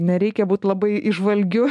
nereikia būt labai įžvalgiu